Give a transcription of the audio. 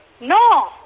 No